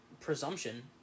presumption